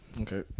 Okay